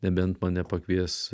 nebent mane pakvies